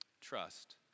Trust